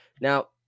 Now